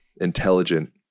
intelligent